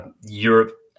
Europe